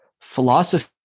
philosophy